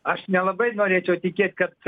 aš nelabai norėčiau tikėt kad